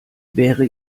wäre